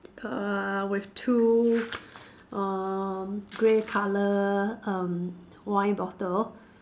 err with two uh grey colour um wine bottle